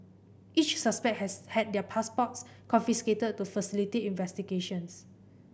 each suspect has had their passports confiscated to facilitate investigations